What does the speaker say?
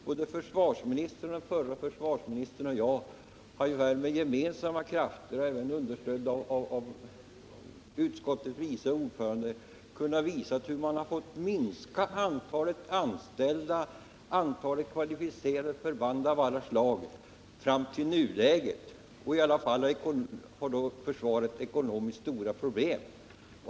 Såväl vår nuvarande som vår förre försvarsminister och jag har med gemensamma krafter och med stöd av utskottets vice ordförande kunnat visa hur man fram till nuläget nödgats minska antalet anställda och antalet kvalificerade förband av alla slag. Försvaret har fått mindre resurser. Ändå har försvaret ekonomiskt sett stora problem.